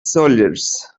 soldiers